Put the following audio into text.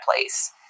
place